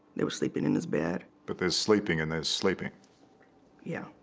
they were sleeping in his bed, but they're sleeping in their sleeping yeah,